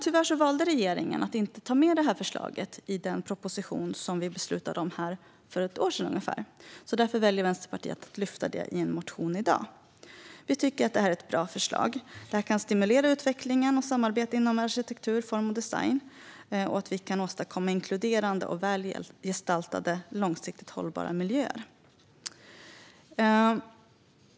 Tyvärr valde regeringen att inte ta med detta förslag i den proposition som vi beslutade om här för ungefär ett år sedan. Därför väljer Vänsterpartiet att lyfta upp detta i en motion i dag. Vi tycker att det är ett bra förslag. Det kan stimulera utvecklingen och samarbetet inom arkitektur, form och design så att vi kan åstadkomma inkluderande, väl gestaltade och långsiktigt hållbara miljöer.